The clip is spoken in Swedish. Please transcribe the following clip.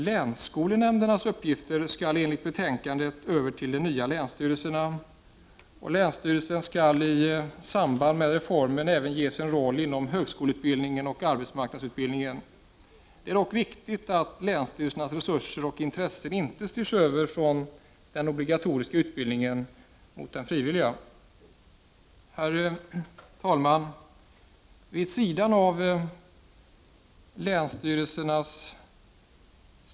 Länsskolnämndernas uppgifter skall enligt betänkandet föras över till de nya länsstyrelserna. Länsstyrelserna skall i samband med reformen även ges en roll inom högskoleutbildningen och arbetsmarknadsutbildningen. Det är dock viktigt att länsstyrelsernas resurser och intressen inte styrs över från den obligatoriska utbildningen till den frivilliga. Herr talman!